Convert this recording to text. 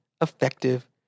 effective